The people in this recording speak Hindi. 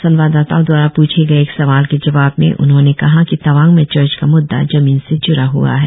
संवाददाताओं द्वारा पूछे गए एक सवाल के जवाब में म्ख्यमंत्री ने कहा कि तवांग में चर्च का म्द्दा जमीन से ज्ड़ा हआ है